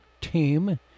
team